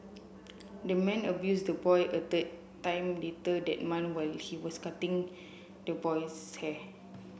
the man abused the boy a third time later that while he was cutting the boy's hair